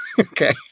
Okay